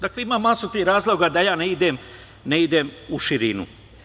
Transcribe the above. Dakle, ima masa tih razloga, da ja ne idem u širinu.